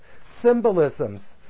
symbolisms